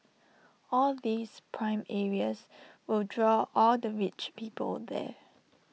all these prime areas will draw all the rich people there